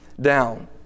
down